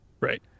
Right